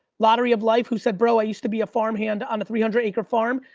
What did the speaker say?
lottery of life who said, bro, i used to be a farm hand on a three hundred acre farm.